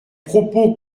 propos